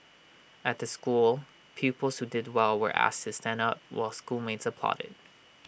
at the school pupils who did well were asked to stand up while schoolmates applauded